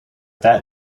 that